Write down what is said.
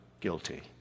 guilty